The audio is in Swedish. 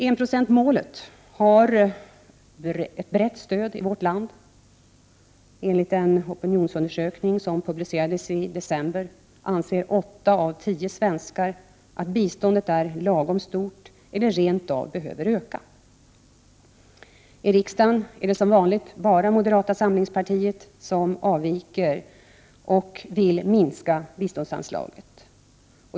Enprocentsmålet har ett brett stöd i vårt land. Enligt en opinionsundersökning som publicerades i december anser åtta av tio svenskar att biståndet är lagom stort eller att det rent av behöver ökas. I riksdagen är det som vanligt bara moderata samlingspartiet som avviker och vill minska biståndsanslaget.